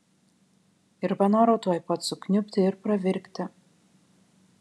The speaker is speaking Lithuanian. ir panoro tuoj pat sukniubti ir pravirkti